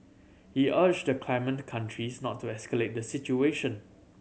he urged the claimant countries not to escalate the situation